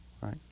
right